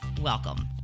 welcome